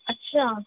اچھا